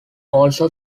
also